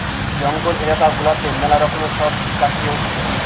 জঙ্গল এলাকা গুলাতে ম্যালা রকমের সব চাকরি হতিছে